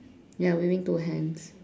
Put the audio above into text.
ya waving two hands